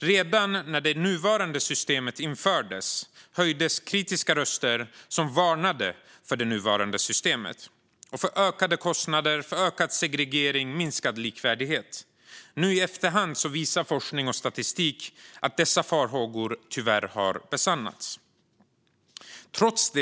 Redan när det nuvarande systemet infördes höjdes kritiska röster som varnade för det - för ökade kostnader, ökad segregering och minskad likvärdighet. Nu i efterhand visar forskning och statistik att dessa farhågor tyvärr har besannats.